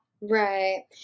Right